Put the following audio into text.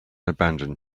abandoned